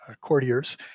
courtiers